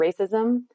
racism